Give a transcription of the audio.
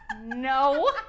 No